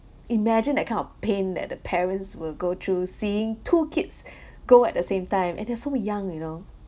imagine that kind of pain that the parents will go through seeing two kids go at the same time and they so young you know